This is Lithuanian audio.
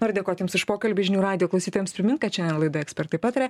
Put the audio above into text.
noriu dėkot jums už pokalbį žinių radijo klausytojams primint kad šią laidą ekspertai pataria